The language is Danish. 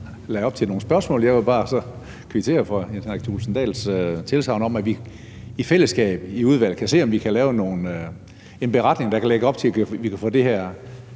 jeg vil så bare kvittere for Jens Henrik Thulesen Dahls tilsagn om, at vi i fællesskab i udvalget kan se, om vi kan lave en beretning, der kan lægge op til, at vi kan få det her